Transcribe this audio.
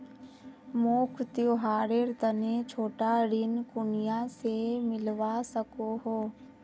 मोक त्योहारेर तने छोटा ऋण कुनियाँ से मिलवा सको हो?